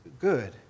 good